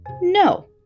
No